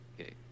Okay